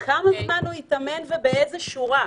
כמה זמן הוא התאמן ובאיזה שורה.